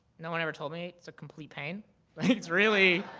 no one ever told me it's a complete pain. like it's really